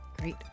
Great